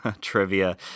trivia